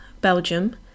Belgium